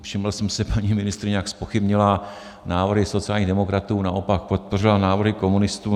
Všiml jsem si paní ministryně, jak zpochybnila návrhy sociálních demokratů, naopak podpořila návrhy komunistů.